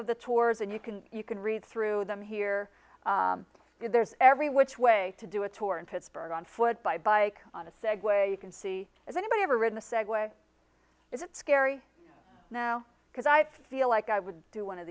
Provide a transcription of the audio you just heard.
of the tours and you can you can read through them here there's every which way to do a tour in pittsburgh on foot by bike on a segway you can see if anybody ever ridden a segway is it scary now because i feel like i would do one of